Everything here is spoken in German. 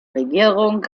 regierung